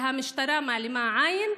והמשטרה מעלימה עין.